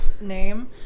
name